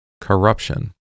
corruption